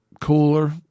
cooler